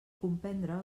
comprendre